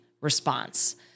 response